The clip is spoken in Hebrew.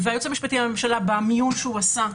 היועץ המשפטי לממשלה במיון שעשה,